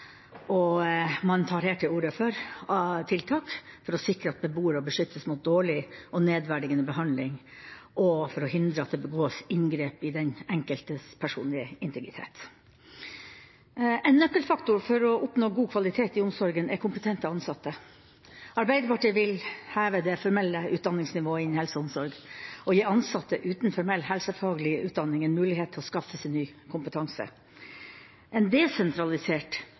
Man tar her til orde for tiltak for sikre at beboere beskyttes mot dårlig og nedverdigende behandling, og for å hindre at det begås inngrep i den enkeltes personlige integritet. En nøkkelfaktor for å oppnå god kvalitet i omsorgen er kompetente ansatte. Arbeiderpartiet vil heve det formelle utdanningsnivået innen helse og omsorg og gi ansatte uten formell helsefaglig utdanning en mulighet til å skaffe seg ny kompetanse. En desentralisert